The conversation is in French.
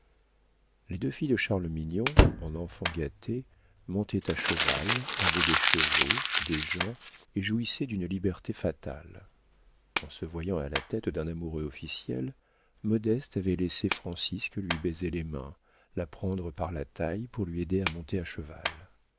les deux filles de charles mignon en enfants gâtés montaient à cheval avaient des chevaux des gens et jouissaient d'une liberté fatale en se voyant à la tête d'un amoureux officiel modeste avait laissé francisque lui baiser la main la prendre par la taille pour lui aider à monter à cheval